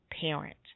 parent